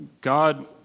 God